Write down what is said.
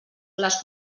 les